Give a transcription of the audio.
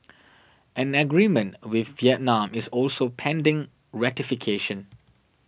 an agreement with Vietnam is also pending ratification